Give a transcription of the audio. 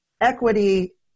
equity